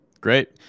Great